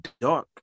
dark